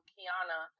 Kiana